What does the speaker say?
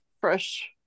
fresh